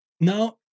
Now